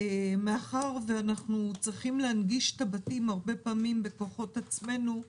מאחר ואנחנו צריכים להנגיש את הבתים הרבה פעמים בכוחות עצמנו,